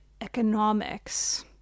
economics